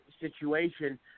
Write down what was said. situation